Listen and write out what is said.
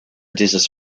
dieses